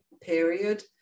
period